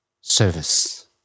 service